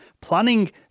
Planning